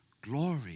Glory